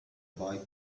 boy